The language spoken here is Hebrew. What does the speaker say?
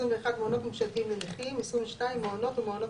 (21)מעונות ממשלתיים לנכים,